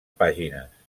pàgines